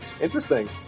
Interesting